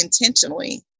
intentionally